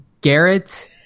Garrett